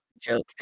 joke